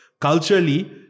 culturally